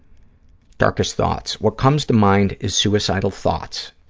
darkest thoughts. what comes to mind is suicidal thoughts,